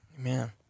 Amen